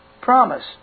Promise